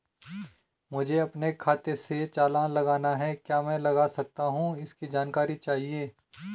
मुझे अपने खाते से चालान लगाना है क्या मैं लगा सकता हूँ इसकी जानकारी चाहिए?